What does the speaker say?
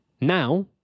Now